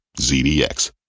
ZDX